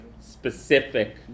specific